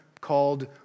called